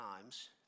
times